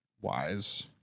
wise